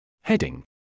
Heading